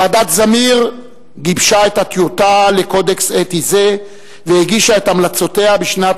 ועדת-זמיר גיבשה את הטיוטה לקודקס אתי זה והגישה את המלצותיה בשנת